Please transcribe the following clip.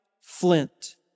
flint